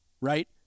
right